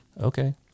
Okay